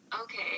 Okay